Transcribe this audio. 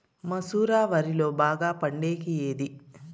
మసూర వరిలో బాగా పండేకి ఏది?